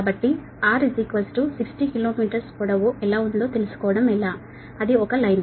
కాబట్టి R 60km పొడవు ఎలా వచ్చిందో తెలుసుకోవడం ఎలా అది ఒక లైన్